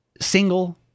single